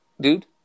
dude